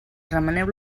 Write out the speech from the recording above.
remeneu